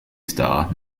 star